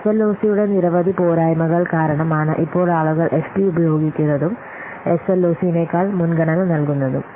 SLOC യുടെ നിരവധി പോരായ്മകൾ കാരണം ആണ് ഇപ്പോൾ ആളുകൾ എഫ്പി ഉപയോഗിക്കുന്നതും എസഎൽഓസി നേക്കാൾ മുൻഗണന നൽകുന്നതും